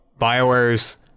Bioware's